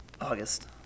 August